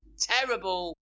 Terrible